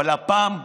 אבל הפעם תורך,